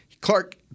Clark